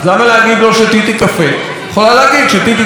יכולה להגיד: שתיתי קפה, אבל לא שתיתי תה.